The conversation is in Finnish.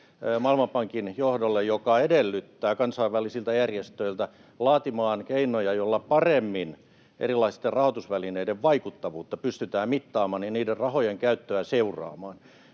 Maailmanpankin johdolle, joka edellyttää kansainvälisiä järjestöjä laatimaan keinoja, joilla paremmin erilaisten rahoitusvälineiden vaikuttavuutta pystytään mittaamaan ja niiden rahojen käyttöä seuraamaan.